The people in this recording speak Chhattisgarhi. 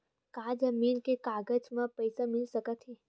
का जमीन के कागज म पईसा मिल सकत हे?